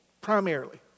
Primarily